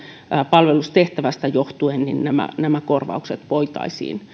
palvelustehtävästä johtuen nämä nämä korvaukset voitaisiin